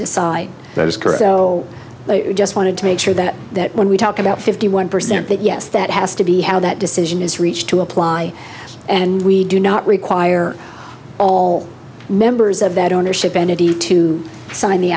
i just wanted to make sure that that when we talk about fifty one percent that yes that has to be how that cision is reached to apply and we do not require all members of that ownership entity to sign the